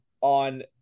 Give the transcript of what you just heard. on